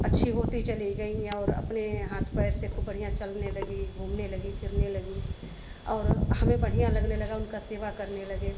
अच्छी होती चली गईं और अपने हाथ पैर से खुब बढ़िया चलने लगी घूमने लगी फिरने लगीं और हमें बढ़िया लगने लगा उनका सेवा करने लगे